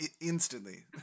instantly